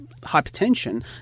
hypertension